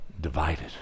divided